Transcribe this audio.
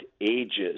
ages